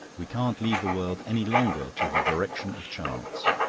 we can't leave the world any longer to the direction of chance.